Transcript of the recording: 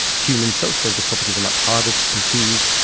hume himself says the properties are much harder to perceive,